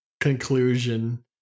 conclusion